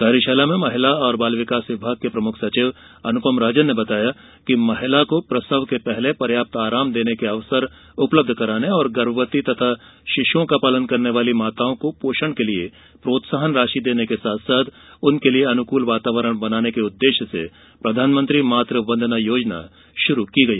कार्यशाला में महिला एवं बाल विकास विभाग के प्रमुख सचिव अनुपम राजन ने बताया कि महिला को प्रसव के पहले पर्याप्त आराम देने के अवसर उपलब्ध कराने गर्भवती और शिशुओं का पालन करने वाली माताओं को पोषण के लिए प्रोत्साहन राशि देने के साथ साथ इसके लिए अनुकूल वातावरण बनाने के उद्देश्य से प्रधानमंत्री मातुवंदना योजना श्रू की गई